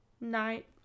Night